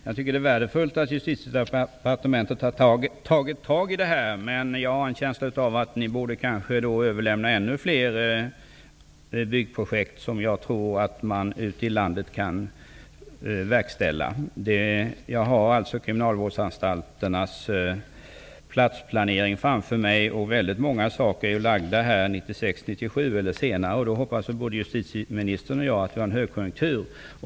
Fru talman! Det är värdefullt att Justitiedepartementet har tagit tag i det här, men jag har en känsla av att ni borde överlämna ännu fler byggprojekt som man kan verkställa ute i landet. Jag har kriminalvårdsanstalternas platsplanering framför mig. Många saker är planerade för 1996/97 eller senare. Både justitieministern och jag hoppas ju att det då är högkonjunktur.